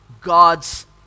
God's